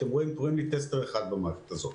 אתם רואים, קוראים טסטר 1 במערכת הזאת.